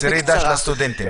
תמסרי ד"ש לסטודנטים.